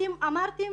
אתם אמרתם